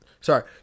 sorry